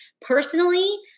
Personally